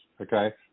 okay